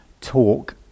talk